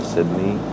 Sydney